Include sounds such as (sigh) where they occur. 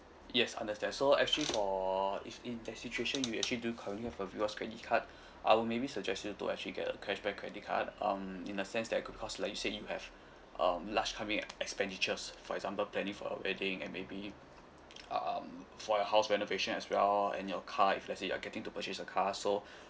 yes understand so actually for if in that situation you actually do going on for rewards credit card (breath) I will maybe suggest you to actually get a cashback credit card um in a sense that because like you said you have (breath) um large coming expenditures for example planning for a wedding and maybe um for your house renovation as well and your car if let say you're getting to purchase a car so (breath)